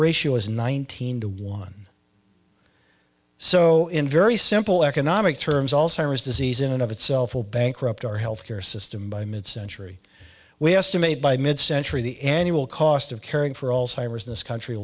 ratio is nineteen to one so in very simple economic terms allstars disease in and of itself will bankrupt our health care system by mid century we estimate by mid century the annual cost of caring for all timers in this country